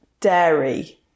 dairy